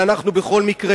בכל מקרה,